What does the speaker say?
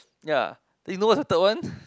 ya then you know what's the third one